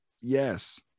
Yes